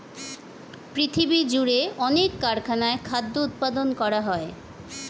পৃথিবীজুড়ে অনেক কারখানায় খাদ্য উৎপাদন করা হয়